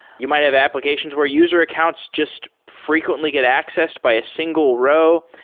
you might have applications where user accounts just frequently get accessed by a single row.